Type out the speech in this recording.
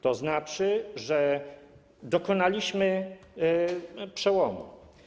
To znaczy, że dokonaliśmy przełomu.